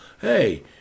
Hey